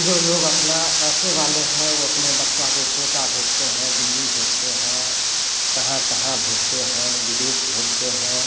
जो लोग अपना पैसे वाले हैं वे अपने बच्चा को कोटा भेजते हैं दिल्ली भेजते हैं कहाँ कहाँ भेजते हैं विदेश भेजते हैं